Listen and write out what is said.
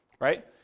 right